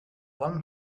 one